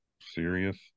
Serious